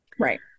Right